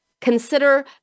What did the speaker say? Consider